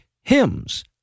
Hymns